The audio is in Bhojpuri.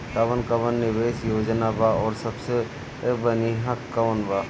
कवन कवन निवेस योजना बा और सबसे बनिहा कवन बा?